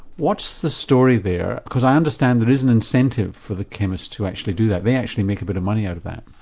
what's the story there because i understand that there is an incentive for the chemist to actually do that, they actually make a bit of money out of that.